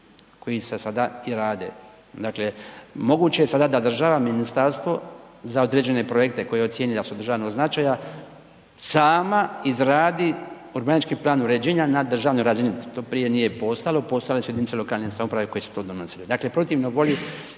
koji se sada i rade. Dakle moguće je da sada država, ministarstvo za određene projekte koje ocijeni da su od državnog značaja sama izradi urbanistički plan uređenja na državnoj razini. To nije prije postojalo, postojale su jedinice lokalne samouprave koje su to donosile. Dakle protivno volji,